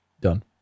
Done